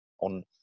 on